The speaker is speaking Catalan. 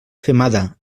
femada